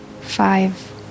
five